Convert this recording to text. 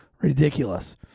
Ridiculous